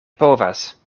povas